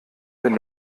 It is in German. wenn